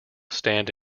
stand